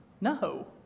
no